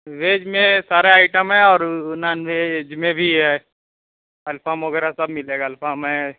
veg میں سارے item ہے اور نان ویج میں بھی ہے الفام وغیرہ سب ملے گا الفام ہے